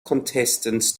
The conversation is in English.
contestants